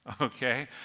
Okay